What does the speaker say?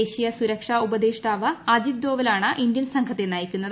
ദേശീയ സുരക്ഷാ ഉപദേഷ്ടാവ് അജിത് ഡോവലാണ് ഇന്ത്യൻ സംഘത്തെ നയിക്കുന്നത്